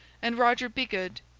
and roger bigod,